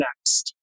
next